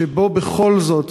שבהם בכל זאת,